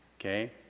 Okay